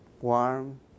warm